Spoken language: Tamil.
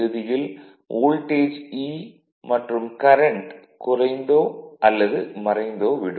இறுதியில் வோல்டேஜ் E மற்றும் கரண்ட் குறைந்தோ அல்லது மறைந்தோ விடும்